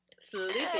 sleeping